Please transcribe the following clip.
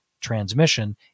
transmission